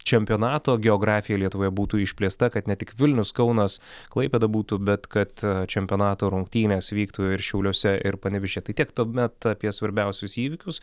čempionato geografija lietuvoje būtų išplėsta kad ne tik vilnius kaunas klaipėda būtų bet kad čempionato rungtynės vyktų ir šiauliuose ir panevėžyje tai tiek tuomet apie svarbiausius įvykius